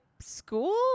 school